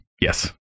Yes